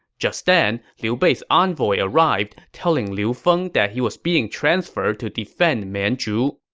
just then, liu bei's envoy arrived, telling liu feng that he was being transferred to defend mianzhu.